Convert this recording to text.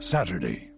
Saturday